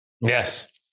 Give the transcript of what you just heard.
Yes